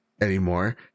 anymore